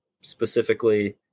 specifically